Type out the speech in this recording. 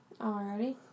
Alrighty